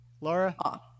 Laura